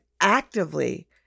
actively